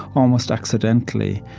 almost accidentally,